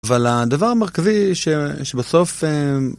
אבל הדבר המרכזי שבסוף...